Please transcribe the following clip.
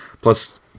plus